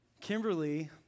Kimberly